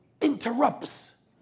interrupts